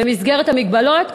במסגרת המגבלות,